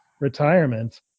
retirement